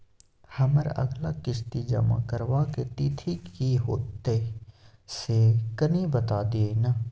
हमर अगला किस्ती जमा करबा के तिथि की होतै से कनी बता दिय न?